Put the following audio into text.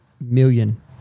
million